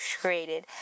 created